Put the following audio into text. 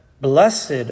Blessed